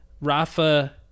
Rafa